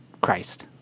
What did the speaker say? christ